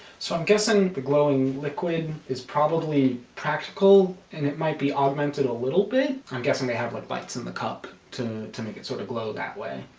so i'm guessing the glowing liquid is probably practical and it might be augmented a little bit i'm guessing they have like bytes in the cup to to make it sort of glow that way